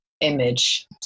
image